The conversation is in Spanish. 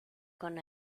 con